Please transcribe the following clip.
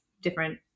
different